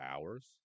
hours